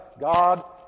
God